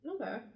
Okay